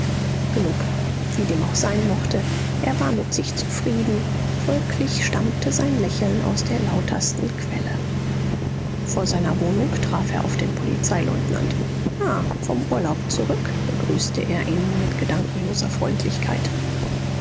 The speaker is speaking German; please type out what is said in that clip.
genug wie dem auch sein mochte er war mit sich zufrieden folglich stammte sein lächeln aus der lautersten quelle vor seiner wohnung traf er auf den polizeileutnant ah vom urlaub zurück begrüßte er ihn mit gedankenloser freundlichkeit